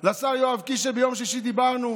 לשר יואב קיש, שביום שישי דיברנו,